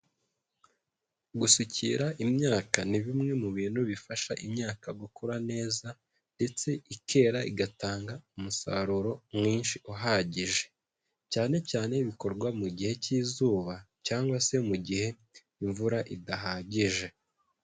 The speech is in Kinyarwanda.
Gusukira imyaka ni bimwe mu bintu bifasha imyaka gukura neza ndetse ikera igatanga umusaruro mwinshi uhagije, cyane cyane bikorwa mu gihe cy'izuba cyangwa se mu gihe imvura idahagije.